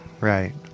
right